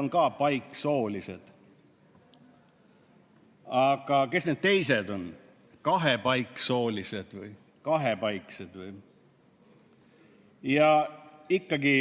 on paiksoolised. Aga kes need teised on, kahepaiksoolised või kahepaiksed või? Ja ikkagi,